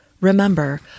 Remember